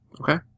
Okay